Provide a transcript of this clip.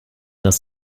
das